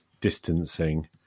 distancing